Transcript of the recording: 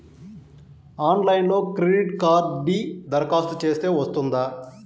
ఆన్లైన్లో క్రెడిట్ కార్డ్కి దరఖాస్తు చేస్తే వస్తుందా?